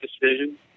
decision